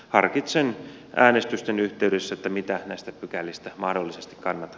harkitsen äänestysten yhteydessä mitä näistä pykälistä mahdollisesti kannatan